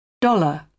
Dollar